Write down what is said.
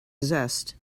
zest